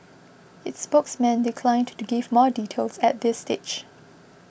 its spokesman declined to give more details at this stage